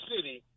City